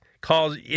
calls